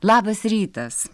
labas rytas